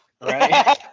Right